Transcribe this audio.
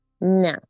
no